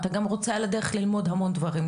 אתה גם רוצה על הדרך ללמוד המון דברים,